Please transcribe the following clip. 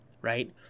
right